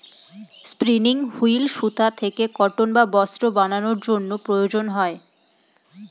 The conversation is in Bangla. স্পিনিং হুইল সুতা থেকে কটন বা বস্ত্র বানানোর জন্য প্রয়োজন হয়